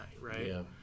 right